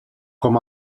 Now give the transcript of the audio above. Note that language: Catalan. com